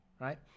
Right